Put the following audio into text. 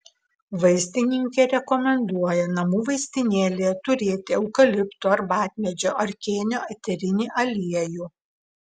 vaistininkė rekomenduoja namų vaistinėlėje turėti eukalipto arbatmedžio ar kėnio eterinį aliejų